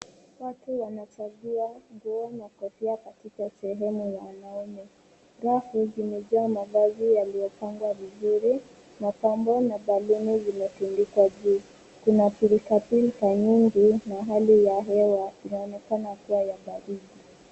Watu wanachagua nguo na kofia katika sehemu ya wanaume. Rafu zimejaa mavazi yaliyopangwa vizuri. Mapambo na baluni yametundikwa juu. Kuna pilikapilika nyingi na hali ya hewa inaonekana kuwa ya baridi.